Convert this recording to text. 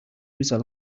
user